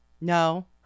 No